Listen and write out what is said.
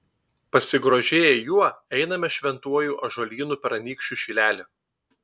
pasigrožėję juo einame šventuoju ąžuolynu per anykščių šilelį